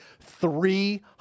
three